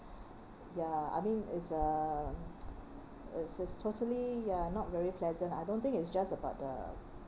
ya I mean it's uh it is totally ya not very pleasant I don't think it's just about the